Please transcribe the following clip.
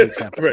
right